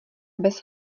bez